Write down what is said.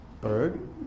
bird